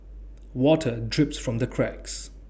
water drips from the cracks